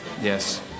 Yes